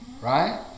right